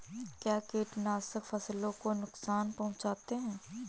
क्या कीटनाशक फसलों को नुकसान पहुँचाते हैं?